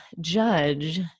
judge